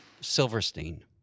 Silverstein